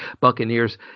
Buccaneers